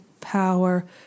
power